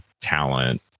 talent